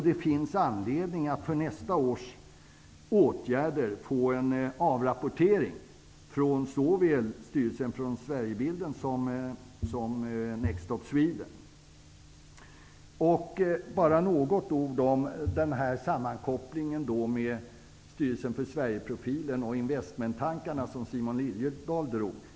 Det finns anledning att inför nästa års planering få en avrapportering från Styrelsen för Jag vill även säga några ord om sammankopplingen mellan Styrelsen för Sverigebilden och de investmenttankar som Simon Liliedahl berörde.